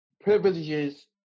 privileges